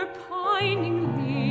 piningly